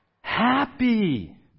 Happy